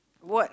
what